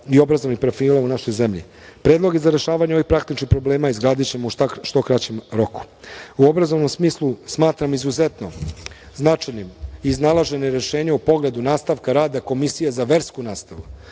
i obrazovnih profila u našoj zemlji. Predloge za rešavanje ovih praktičnih problema izradićemo u što kraćem roku.U obrazovnom smislu, smatram izuzetno značajnim iznalaženje rešenja u pogledu nastavka rada Komisije za versku nastavu.